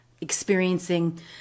experiencing